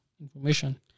information